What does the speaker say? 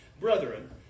Brethren